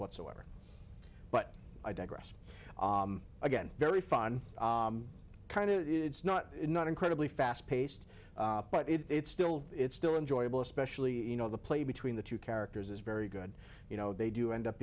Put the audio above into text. whatsoever but i digress again very fun kind of it is not incredibly fast paced but it's still it's still enjoyable especially you know the play between the two characters is very good you know they do end up